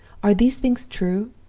are these things true?